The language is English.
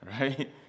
right